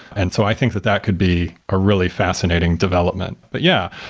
and so i think that that could be a really fascinating development but yeah,